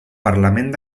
parlament